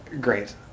great